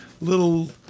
little